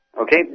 Okay